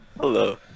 Hello